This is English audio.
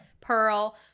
Pearl